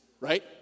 right